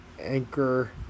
Anchor